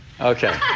okay